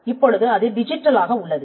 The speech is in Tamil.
இப்பொழுது அது டிஜிட்டலாக உள்ளது